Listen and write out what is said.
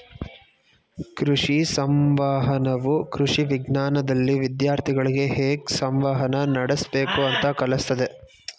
ಕೃಷಿ ಸಂವಹನವು ಕೃಷಿ ವಿಜ್ಞಾನ್ದಲ್ಲಿ ವಿದ್ಯಾರ್ಥಿಗಳಿಗೆ ಹೇಗ್ ಸಂವಹನ ನಡಸ್ಬೇಕು ಅಂತ ಕಲ್ಸತದೆ